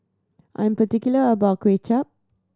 I'm particular about Kuay Chap